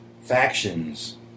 factions